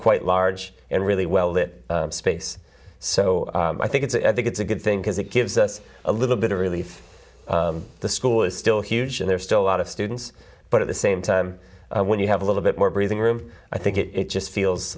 quite large and really well lit space so i think it's i think it's a good thing because it gives us a little bit of relief the school is still huge and there's still a lot of students but at the same time when you have a little bit more breathing room i think it just feels